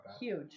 Huge